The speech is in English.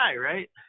right